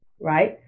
right